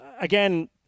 again